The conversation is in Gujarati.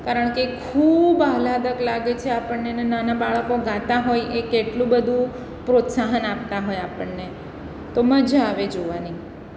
કારણકે ખૂબ આહલાદક લાગે છે આપણને અને નાના બાળકો ગાતાં હોય એ કેટલું બધું પ્રોત્સાહન આપતાં હોય આપણને તો મજા આવે જોવાની